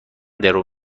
درو